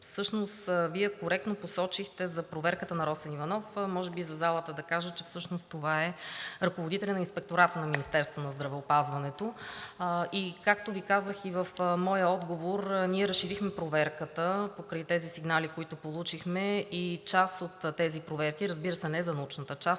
всъщност Вие коректно посочихте за проверката на Росен Иванов. За залата да кажа, че всъщност това е ръководителят на Инспектората на Министерството на здравеопазването. Както Ви казах и в моя отговор, ние разширихме проверката покрай сигналите, които получихме. Част от тези проверки, разбира се, не за научната част,